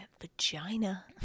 vagina